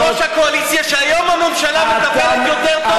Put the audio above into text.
אומר לך יושב-ראש הקואליציה שהיום הממשלה מטפלת יותר טוב,